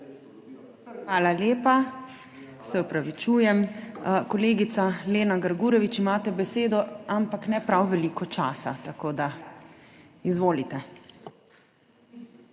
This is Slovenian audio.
Hvala lepa. Se opravičujem. Kolegica Lena Grgurevič, imate besedo, ampak ne prav veliko časa. Izvolite.